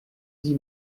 dix